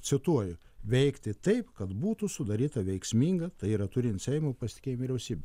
cituoju veikti taip kad būtų sudaryta veiksminga tai yra turint seimo pasitikiėjim vyriausybė